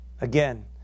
Again